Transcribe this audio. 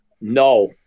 No